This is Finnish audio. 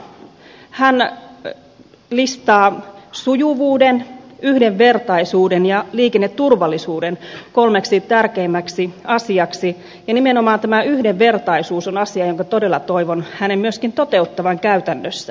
hän listaa sujuvuuden yhdenvertaisuuden ja liikenneturvallisuuden kolmeksi tärkeimmäksi asiaksi ja nimenomaan tämä yhdenvertaisuus on asia jonka todella toivon hänen myöskin toteuttavan käytännössä